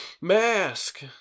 mask